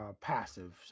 passive